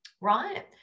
right